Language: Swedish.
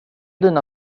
dina